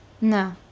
no